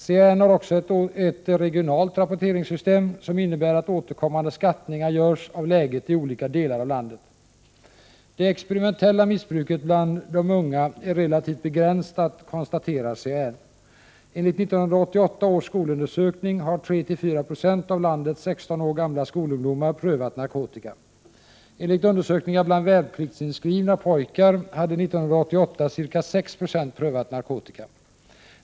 CAN har också ett regionalt rapporteringssystem som innebär att återkommande skattningar görs av läget i olika delar av landet. Det experimentella missbruket bland de unga är relativt begränsat, konstaterar CAN. Enligt 1988 års skolundersökning har 34 96 av landets 16 år gamla skolungdomar prövat narkotika. Enligt undersökningar bland värnpliktsinskrivna pojkar hade 1988 ca 6 20 prövat narkotika.